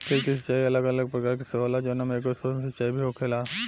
खेत के सिचाई अलग अलग प्रकार से होला जवना में एगो सूक्ष्म सिंचाई भी होखेला